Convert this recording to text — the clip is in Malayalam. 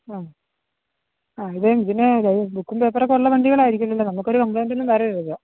മ്മ് ആ ഇത് ഇതിന് ബുക്കും പേപ്പറൊക്കെ ഉള്ള വണ്ടികളായിരുക്കുമല്ലോ നമുക്ക് ഒരു കംപ്ലൈൻറ്റൊന്നും വരരുത്